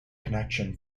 connection